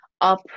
up